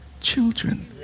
children